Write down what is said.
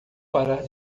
parar